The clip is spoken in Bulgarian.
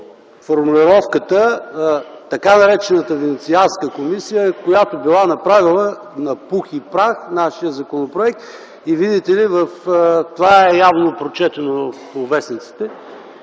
несериозна – „тъй наречената Венецианска комисия, която била направила на пух и прах нашия законопроект и видите ли, това явно е прочетено във вестниците”.